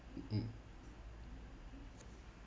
mmhmm